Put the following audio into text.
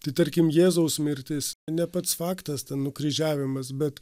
tai tarkim jėzaus mirtis ne pats faktas ten nukryžiavimas bet